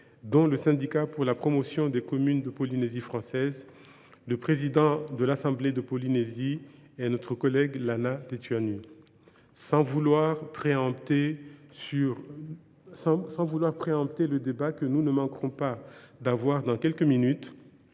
le syndicat pour la promotion des communes de Polynésie française, le SPCPF, le président de l’assemblée de la Polynésie française et notre collègue Lana Tetuanui. Sans préempter le débat que nous ne manquerons pas d’avoir dans quelques instants,